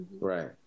Right